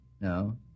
No